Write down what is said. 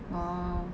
oh